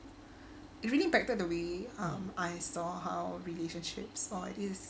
it really impacted the way um I saw how relationships or is